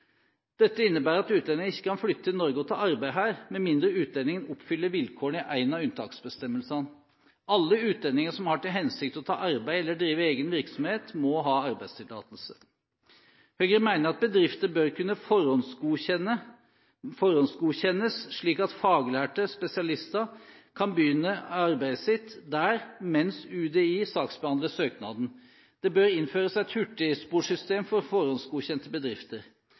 Dette innebærer at utlendinger ikke kan flytte til Norge og ta arbeid her, med mindre utlendingen oppfyller vilkårene i en av unntaksbestemmelsene. Alle utlendinger som har til hensikt å ta arbeid eller drive egen virksomhet, må ha arbeidstillatelse. Høyre mener at bedrifter bør kunne forhåndsgodkjennes slik at faglærte/spesialister kan påbegynne arbeidet sitt der, mens Utlendingsdirektoratet, UDI, saksbehandler søknaden. Det bør innføres et hurtigsporsystem for forhåndsgodkjente bedrifter.